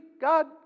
God